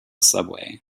subway